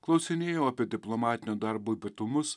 klausinėjau apie diplomatinio darbo ypatumus